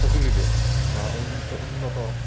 সঁজুলিৰে বা উন্নত